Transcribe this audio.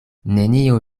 nenio